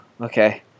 Okay